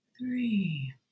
three